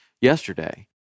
yesterday